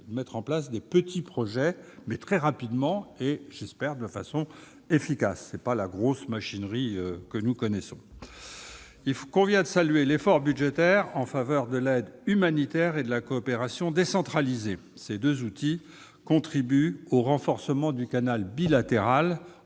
de petite ampleur, mais mis en oeuvre très rapidement et, j'espère, de façon efficace, à côté de la grosse machinerie que nous connaissons. Il convient de saluer aussi l'effort budgétaire en faveur de l'aide humanitaire et de la coopération décentralisée. Ces deux outils contribuent au renforcement du canal bilatéral